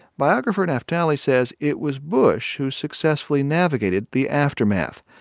biographer naftali says it was bush who successfully navigated the aftermath.